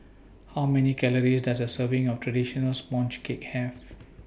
How Many Calories Does A Serving of Traditional Sponge Cake Have